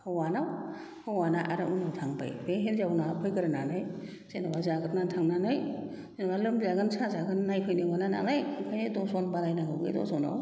हौवानाव हौवाना आरो उनाव थांबाय बे हिन्जावना फैगोरनानै जेन'बा जागोरनानै थांनानै जेन'बा लोमजागोन साजागोन नायफैनो मोना नालाय बेखायनो दर्सन बानायनांगौ